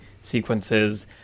sequences